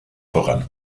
voran